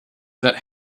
that